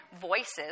voices